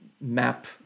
Map